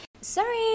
Sorry